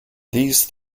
these